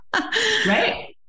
Right